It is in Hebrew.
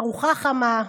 ארוחה חמה,